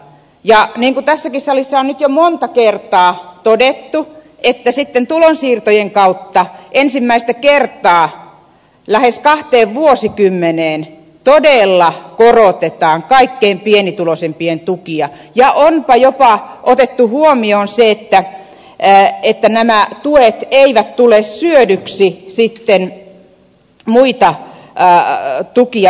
niin kuin tässäkin salissa on nyt jo monta kertaa todettu tulonsiirtojen kautta ensimmäistä kertaa lähes kahteen vuosikymmeneen todella korotetaan kaikkein pienituloisimpien tukia ja onpa jopa otettu huomioon se että nämä tuet eivät tule syödyiksi muita tukia vähentävästi